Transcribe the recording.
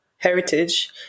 heritage